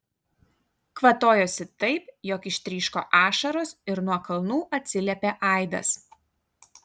kvatojosi taip jog ištryško ašaros ir nuo kalnų atsiliepė aidas